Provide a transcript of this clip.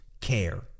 care